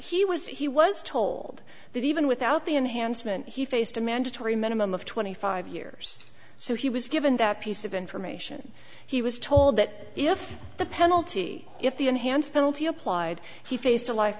he was he was told that even without the enhancement he faced a mandatory minimum of twenty five years so he was given that piece of information he was told that if the penalty if the enhanced penalty applied he faced a life